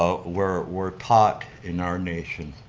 ah we're we're taught in our nation,